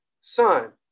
Son